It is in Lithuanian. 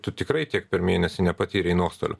tu tikrai tiek per mėnesį nepatyrei nuostolių